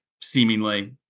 seemingly